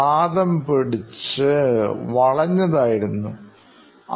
വാദം പിടിച്ച് അവളുടെ കൈവിരലുകൾ നേരെ ഉള്ളത് ആയിരുന്നില്ല